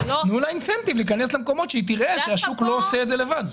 תנו לה תמריץ להיכנס למקומות שהיא תראה שהשוק לא עושה את זה לבד.